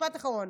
משפט אחרון.